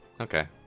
Okay